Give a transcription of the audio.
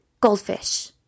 goldfish